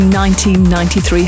1993